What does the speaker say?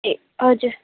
ए हजुर